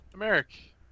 Eric